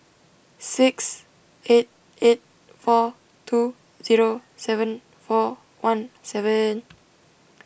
six eight eight four two zero seven four one seven